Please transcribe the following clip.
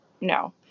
No